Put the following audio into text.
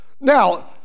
Now